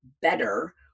better